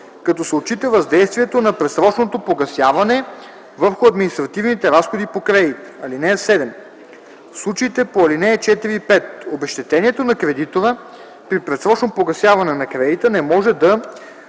като се отчита въздействието на предсрочното погасяване върху административните разходи по кредита. (7) В случаите по ал. 4 и 5 обезщетението на кредитора при предсрочно погасяване на кредита не може да